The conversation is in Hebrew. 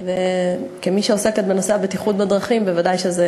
וכמי שעוסקת בנושא הבטיחות בדרכים, ודאי שזה